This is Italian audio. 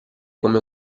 come